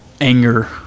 anger